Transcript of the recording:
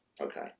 Okay